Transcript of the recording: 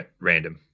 random